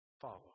follow